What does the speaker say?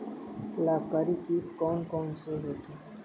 लाभकारी कीट कौन कौन से होते हैं?